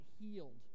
healed